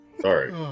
Sorry